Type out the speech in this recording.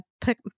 pick